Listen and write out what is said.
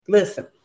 Listen